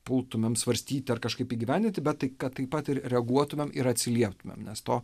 pultumėme svarstyti ar kažkaip įgyvendinti bet tai kad taip pat ir reaguotumėme ir atsilieptumėme nes to